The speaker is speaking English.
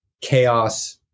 chaos